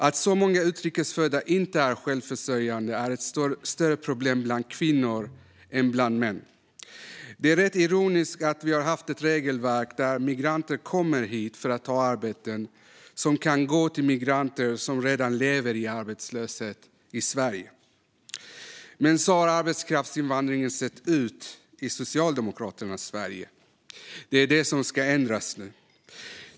Att så många utrikes födda inte är självförsörjande är ett större problem bland kvinnor än bland män. Det är rätt ironiskt att vi har haft ett regelverk som har gjort att migranter har kommit hit för att ta arbeten som hade kunnat gå till migranter som redan levt i arbetslöshet i Sverige, men så har arbetskraftsinvandringen sett ut i Socialdemokraternas Sverige. Det är det som ska ändras nu.